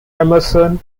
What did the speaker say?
emerson